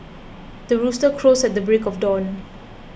the rooster crows at the break of dawn